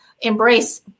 embrace